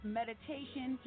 meditation